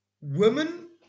Women